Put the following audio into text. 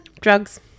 drugs